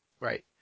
Right